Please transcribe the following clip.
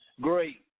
great